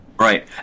Right